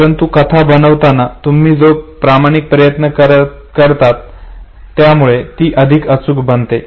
परंतु कथा बनवताना तुम्ही जो प्रमाणिक प्रयत्न करतात त्यामुळे ती अधिक अचूक बनते